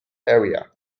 area